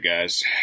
guys